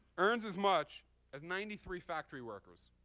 earns as much as ninety three factory workers